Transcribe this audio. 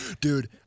Dude